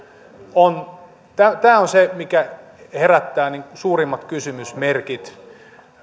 on se mikä herättää suurimmat kysymysmerkit